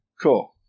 Cool